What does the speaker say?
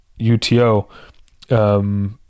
Uto